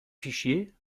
fichier